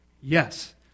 Yes